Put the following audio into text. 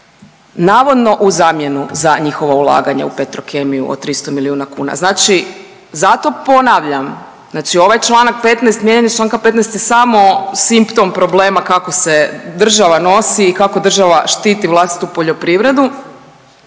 navodno u zamjenu za njihova ulaganja u Petrokemiju od 300 milijuna kuna. Znači zato ponavljam, znači ovaj čl. 15. mijenjanje čl. 15. je samo simptom problema kako se država nosi i kako država štiti vlastitu poljoprivredu.